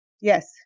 Yes